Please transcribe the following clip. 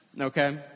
okay